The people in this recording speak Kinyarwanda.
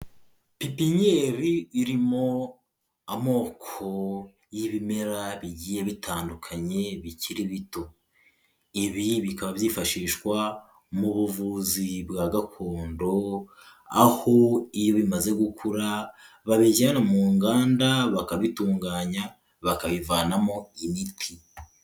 Pikinyeri irimo amoko y'ibimera bigiye bitandukanye bikiri bito. Ibi bikaba byifashishwa mu buvuzi bwa gakondo aho iyo bimaze gukura babijyana mu nganda bakabitunganya bakabivanamo imiti.